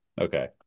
Okay